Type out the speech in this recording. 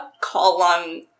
column